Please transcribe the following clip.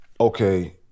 Okay